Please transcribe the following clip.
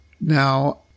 Now